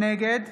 נגד